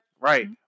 Right